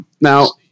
Now